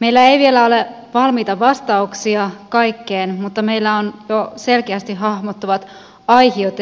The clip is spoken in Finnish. meillä ei vielä ole valmiita vastauksia kaikkeen mutta meillä on jo edessämme selkeästi hahmottuvat aihiot